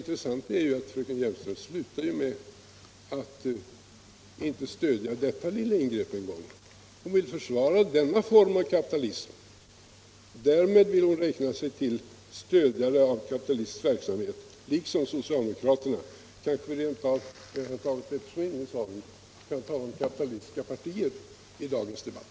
Intressant är emellertid att fröken Hjelmström slutar med att inte stödja ens detta lilla ingrepp. Hon vill försvara denna form av kapitalism. Därmed vill hon liksom socialdemokraterna räkna sig till stödjarna av kapitalistisk verksamhet. Man kanske rent av kan tala om de kapitalistiska partierna i dagens debatt.